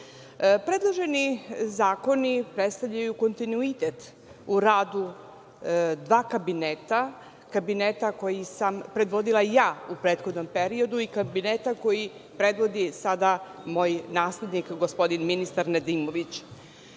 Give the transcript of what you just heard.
Predloženi zakoni predstavljaju kontinuitet u radu dva kabineta, kabineta koji sam predvodila ja u prethodnom periodu i kabineta koji predvodi sada moj naslednik gospodin ministar